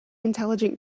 intelligent